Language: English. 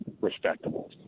respectable